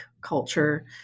culture